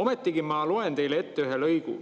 Ometigi, ma loen teile ette ühe lõigu: